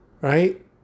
Right